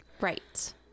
Right